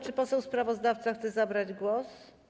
Czy poseł sprawozdawca chce zabrać głos?